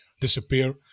disappear